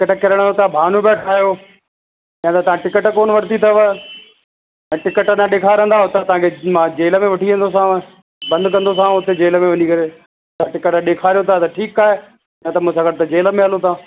ticket किरण जो तव्हां बहानो पिया ठाहियो मतिलबु या त तव्हां टिकट कोन वरिती अथव ऐं टिकट न ॾेखारींदा त तव्हांखे मां जेल में वठी वेंदोसांव बंदि कंदोसांव हुते जेल में वञी करे तव्हां टिकट ॾेखारियो था त ठीकु आहे न त मूं सां गॾु जेल में हलो तव्हां